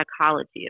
Psychology